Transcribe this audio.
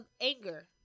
Anger